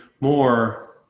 more